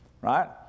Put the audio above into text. right